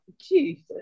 Jesus